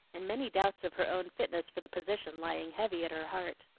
and many doubts of her own fitness for the position lying heavy at her heart.